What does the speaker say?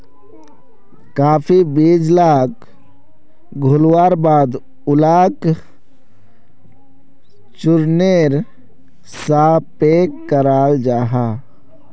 काफी बीज लाक घोल्वार बाद उलाक चुर्नेर सा पैक कराल जाहा